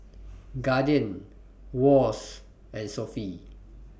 Guardian Wall's and Sofy